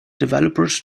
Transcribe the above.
developers